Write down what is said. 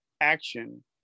action